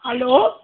hello